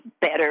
better